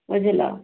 ବୁଝିଲ